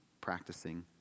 practicing